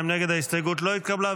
ההסתייגות לא התקבלה.